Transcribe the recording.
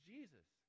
Jesus